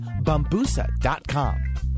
Bambusa.com